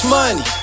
money